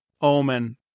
Omen